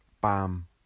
Bam